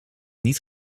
niet